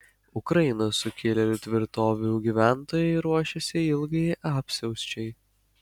ukrainos sukilėlių tvirtovių gyventojai ruošiasi ilgai apsiausčiai